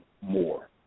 more